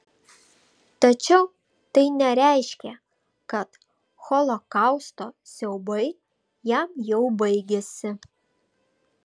tačiau tai nereiškė kad holokausto siaubai jam jau baigėsi